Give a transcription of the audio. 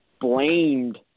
blamed